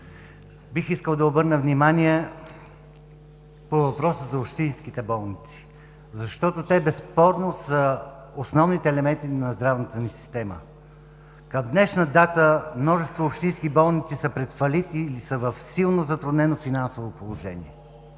Бих искал да обърна внимание на въпроса за общинските болници, защото те безспорно са основните елементи на здравната ни система. Към днешна дата множество общински болници са пред фалити или са в силно затруднено финансово положение.